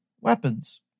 weapons